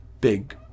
big